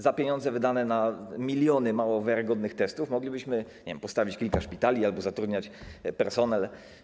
Za pieniądze wydane na miliony mało wiarygodnych testów moglibyśmy, nie wiem, postawić kilka szpitali albo zatrudniać personel.